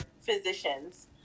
physicians